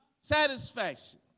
Satisfaction